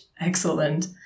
Excellent